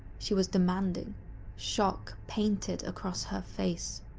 she was demanding shock painted across her face.